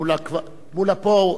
מולה פה.